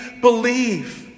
believe